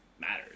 matters